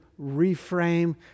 reframe